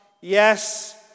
yes